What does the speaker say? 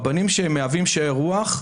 רבנים שמהווים שארי רוח,